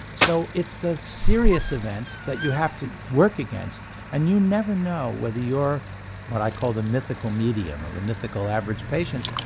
so it's the serious events that you have to work against and you never know whether you're what i call the mythical medium, or the mythical average patient,